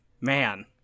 man